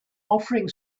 offering